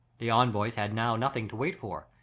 the envoys had now nothing to wait for,